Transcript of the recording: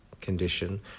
condition